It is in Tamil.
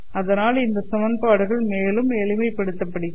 அதனால் இந்த சமன்பாடுகள் மேலும் எளிமை படுத்தப்படுகிறது